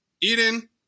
Eden